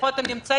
איפה אתם נמצאים?